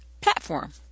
platform